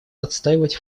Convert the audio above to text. отстаивать